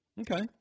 Okay